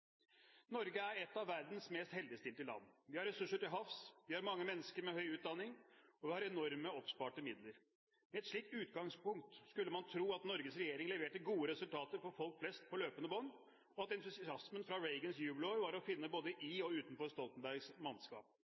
Norge er et av verdens mest heldigstilte land. Vi har ressurser til havs, vi har mange mennesker med høy utdanning, og vi har enorme oppsparte midler. Med et slikt utgangspunkt skulle man tro at Norges regjering leverte gode resultater for folk flest på løpende bånd, og at entusiasmen fra Reagans jubelår var å finne både i og utenfor Stoltenbergs